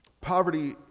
poverty